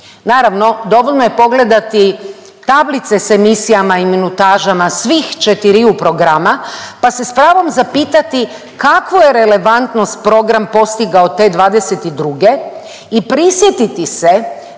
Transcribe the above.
Naravno dovoljno je pogledati tablice s emisijama i minutažama svi četiriju programa pa se s pravom zapitati kakvu je relevantnost program postigao te '22. i prisjetiti se